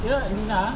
you know luna